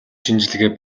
шинжилгээ